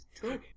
True